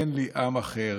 אין לי עם אחר,